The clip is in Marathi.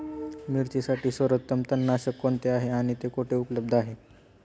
मिरचीसाठी सर्वोत्तम तणनाशक कोणते आहे आणि ते कुठे उपलब्ध आहे?